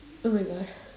oh my god